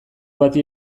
bati